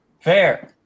fair